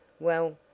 well,